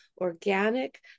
organic